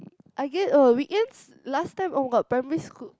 I get oh weekends last time on got primary school